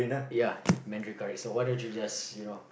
ya mandarin correct so why don't you just you know